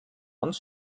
uns